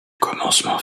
commencement